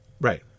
Right